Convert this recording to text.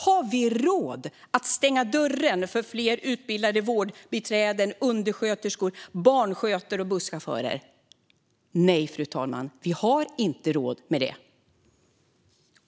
Har vi råd att stänga dörren för fler utbildade vårdbiträden, undersköterskor, barnskötare och busschaufförer? Nej, fru talman, vi har inte råd med det.